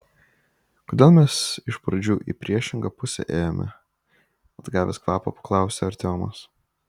kodėl mes iš pradžių į priešingą pusę ėjome atgavęs kvapą paklausė artiomas